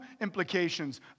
implications